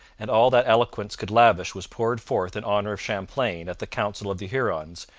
and all that eloquence could lavish was poured forth in honour of champlain at the council of the hurons,